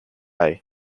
day